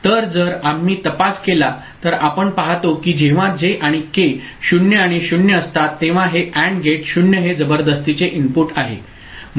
तर जर आम्ही तपास केला तर आपण पाहतो की जेव्हा जे आणि के 0 आणि 0 असतात तेव्हा हे AND गेट 0 हे जबरदस्तीचे इनपुट आहे